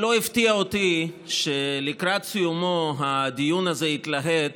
לא הפתיע אותי שלקראת סיומו הדיון הזה התלהט